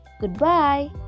goodbye